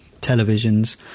televisions